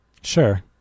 Sure